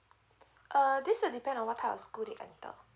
uh this will depend on what type of school they enter